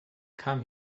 come